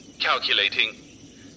calculating